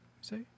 say